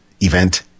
event